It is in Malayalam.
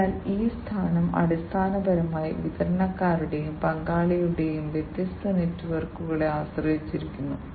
അതിനാൽ ഈ സ്ഥാനം അടിസ്ഥാനപരമായി വിതരണക്കാരുടെയും പങ്കാളികളുടെയും വ്യത്യസ്ത നെറ്റ്വർക്കുകളെ ആശ്രയിച്ചിരിക്കുന്നു